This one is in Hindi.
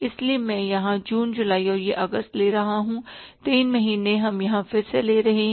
इसलिए मैं यहां जून जुलाई और यह अगस्त ले रहा हूं तीन महीने हम यहां फिर से ले रहे हैं